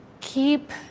keep